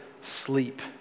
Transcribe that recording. sleep